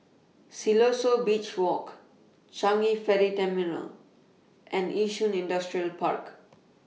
Siloso Beach Walk Changi Ferry Terminal and Yishun Industrial Park